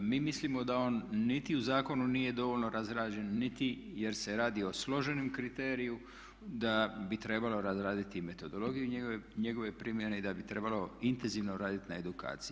Mi mislimo da on niti u zakonu nije dovoljno razrađen, niti jer se radi o složenim kriteriju, da bi trebalo razraditi i metodologiju njegove primjene i da bi trebalo intenzivno raditi na edukaciji.